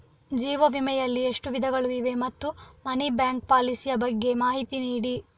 ಜೀವ ವಿಮೆ ಯಲ್ಲಿ ಎಷ್ಟು ವಿಧಗಳು ಇವೆ ಮತ್ತು ಮನಿ ಬ್ಯಾಕ್ ಪಾಲಿಸಿ ಯ ಬಗ್ಗೆ ಮಾಹಿತಿ ನೀಡಿ?